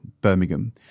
Birmingham